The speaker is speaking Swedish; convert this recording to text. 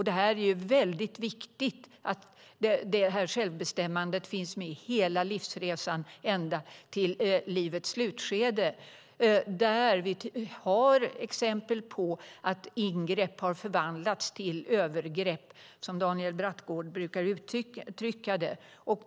Det är väldigt viktigt att självbestämmandet finns med under hela livsresan, ända till livets slutskede där vi har exempel på att ingrepp har förvandlats till övergrepp, som Daniel Brattgård brukar uttrycka det.